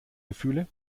gefühle